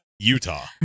Utah